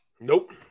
Nope